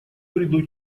приду